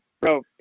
bro